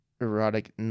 erotic